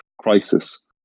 crisis